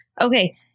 Okay